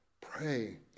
Pray